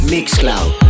MixCloud